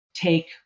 take